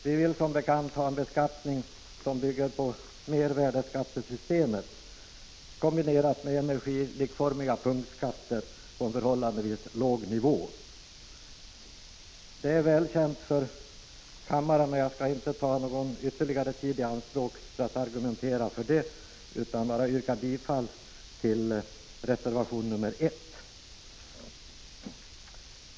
Vi vill, som bekant, ha en beskattning som bygger på mervärdeskattesystemet, i kombination med energilikformiga punktskatter på en förhållandevis låg nivå. Dessa saker är väl kända för kammaren. Jag skall därför inte ta ytterligare tid i anspråk när det gäller våra förslag, utan jag nöjer mig med att yrka bifall till reservation nr 1.